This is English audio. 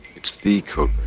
it's the